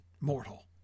mortal